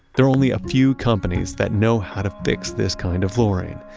there are only a few companies that know how to fix this kind of flooring,